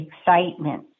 excitement